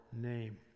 name